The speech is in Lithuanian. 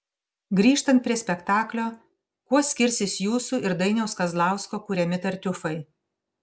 grįžtant prie spektaklio kuo skirsis jūsų ir dainiaus kazlausko kuriami tartiufai